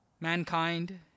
Mankind